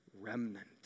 remnant